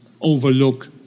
Overlook